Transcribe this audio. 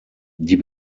die